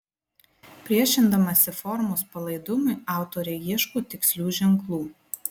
priešindamasi formos palaidumui autorė ieško tikslių ženklų